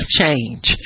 change